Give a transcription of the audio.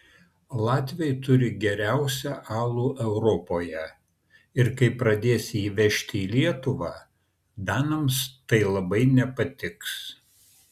latviai turi geriausią alų europoje ir kai pradės jį vežti į lietuvą danams tai labai nepatiks